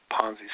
Ponzi